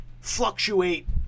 fluctuate